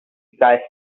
gas